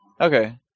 Okay